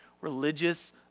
religious